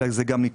אלא הוא ניתן,